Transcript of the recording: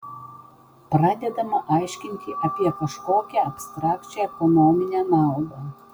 pradedama aiškinti apie kažkokią abstrakčią ekonominę naudą